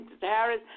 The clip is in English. Harris